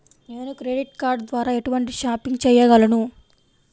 నేను credit card ద్వార ఎటువంటి షాపింగ్ చెయ్యగలను?